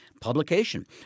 publication